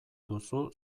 duzu